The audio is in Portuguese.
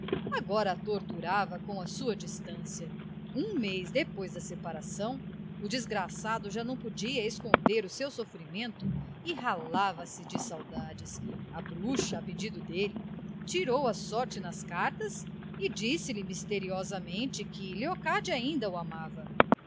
agora o torturava com a sua distancia um mês depois da separação o desgraçado já não podia esconder o seu sofrimento e ralava se de saudades a bruxa a pedido dele tirou a sorte nas cartas e disse-lhe misteriosamente que leocádia ainda o amava